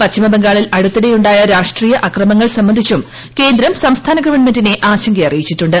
പശ്ചിമബംഗാളിൽ അടുത്തിടെയുണ്ടായ രാഷ്ട്രീയ അക്രമങ്ങൾ സംബന്ധിച്ചും കേന്ദ്രം സംസ്ഥാന ഗവൺമെന്റിനെ ആശങ്ക അറിയിച്ചിട്ടുണ്ട്